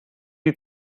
die